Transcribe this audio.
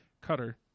cutter